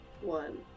One